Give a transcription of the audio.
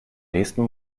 nächsten